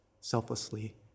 selflessly